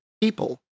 people